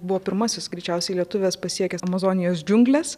buvo pirmasis greičiausiai lietuvis pasiekęs amazonijos džiungles